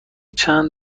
چند